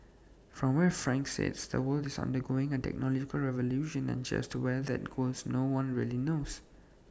from where frank sits the world is undergoing A technological revolution and just where that goes no one really knows